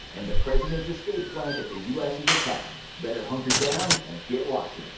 and the president's escape plan if the us is attacked. better hunker down and get watching!